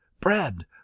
Bread